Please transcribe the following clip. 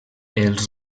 els